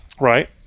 Right